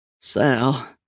Sal